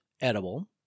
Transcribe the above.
edible